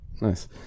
Nice